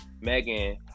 Megan